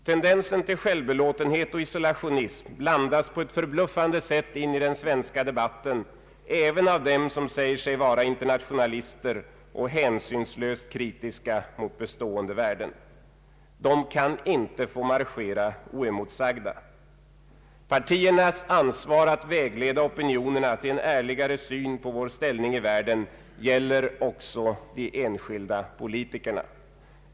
Tendensen till självbelåtenhet och isolationism blandas på ett förbluffande sätt in i den svenska debatten även av dem som säger sig vara internationalister och hänsynslöst kritiska mot bestående värden. De kan inte få marschera oemotsagda. Partiernas ansvar att vägleda opinionerna till en ärligare syn på vår ställning i världen gäller också de enskilda politikerna.